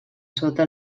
sota